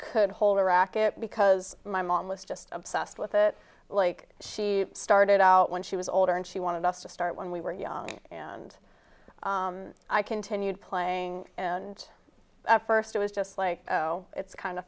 could hold a racket because my mom was just obsessed with it like she started out when she was older and she wanted us to start when we were young and i continued playing and first it was just like oh it's kind